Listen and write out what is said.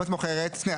אם את מוכרת, שנייה.